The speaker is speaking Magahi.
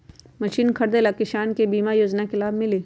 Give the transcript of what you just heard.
मशीन खरीदे ले किसान के बीमा योजना के लाभ मिली?